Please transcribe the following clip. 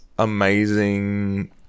amazing